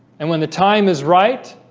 and when the time is right?